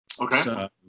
Okay